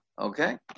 okay